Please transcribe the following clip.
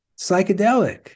Psychedelic